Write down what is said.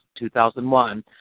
2001